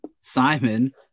Simon